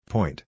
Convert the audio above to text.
Point